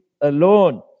alone